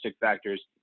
factors